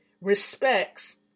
Respects